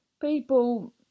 People